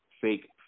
fake